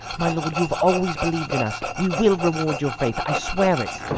my lord, you have always believed in us we will reward your faith. i swear it